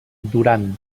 durant